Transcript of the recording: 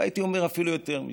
והייתי אומר אפילו יותר מזה,